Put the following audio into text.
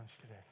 today